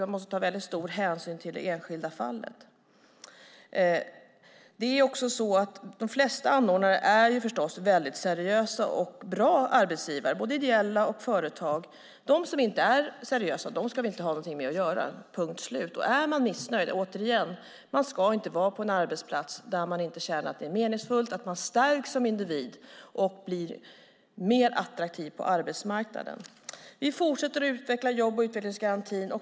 Man måste ta väldigt stor hänsyn till det enskilda fallet. De flesta anordnare är förstås väldigt seriösa och bra arbetsgivare, både ideella och företag. De som inte är seriösa ska vi inte ha någonting med att göra, punkt slut. För den som är missnöjd vill jag återigen betona att man inte ska vara på en arbetsplats där man inte känner att det är meningsfullt, att man inte stärks som individ och blir mer attraktiv på arbetsmarknaden. Vi fortsätter att utveckla jobb och utvecklingsgarantin.